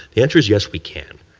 the answer is, yes, we can.